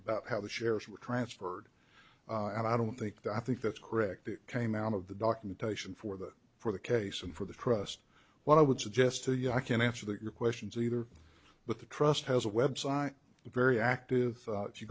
about how the shares were transferred and i don't think that i think that's correct came out of the documentation for the for the case and for the trust what i would suggest to you i can answer the questions either but the trust has a website very active